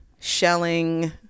shelling